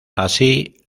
así